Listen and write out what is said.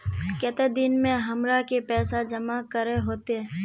केते दिन में हमरा के पैसा जमा करे होते?